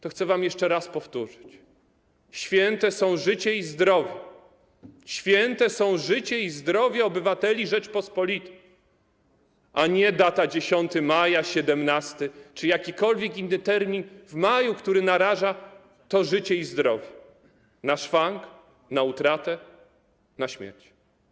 To chcę wam jeszcze raz powtórzyć: święte są życie i zdrowie, święte są życie i zdrowie obywateli Rzeczypospolitej, a nie data 10 maja, 17 maja czy jakikolwiek inny termin w maju, który naraża to życie i zdrowie na szwank, na utratę, na śmierć.